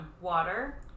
Water